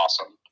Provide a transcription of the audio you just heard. awesome